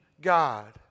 God